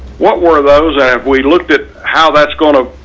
what were those and have we looked at how that's going to